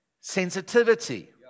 sensitivity